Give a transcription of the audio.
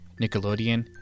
Nickelodeon